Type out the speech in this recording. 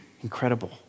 Incredible